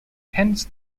hence